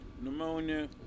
pneumonia